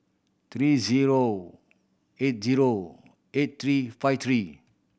three zero eight zero eight three five three